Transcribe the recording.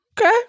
okay